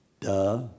Duh